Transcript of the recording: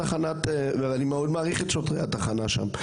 תחנת -- אני מאוד מעריך את שוטרי התחנה שם.